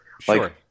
Sure